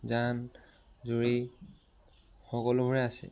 জান জুৰি সকলোবোৰেই আছে